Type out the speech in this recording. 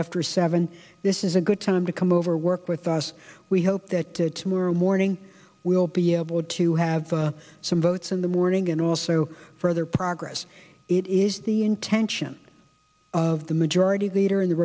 after seven this is a good time to come over work with us we hope that tomorrow morning we'll be able to have some votes in the morning and also further progress it is the intention of the majority leader in the